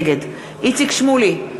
נגד איציק שמולי,